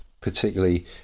particularly